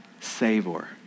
savor